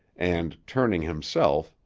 and, turning himself,